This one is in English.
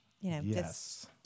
Yes